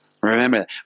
Remember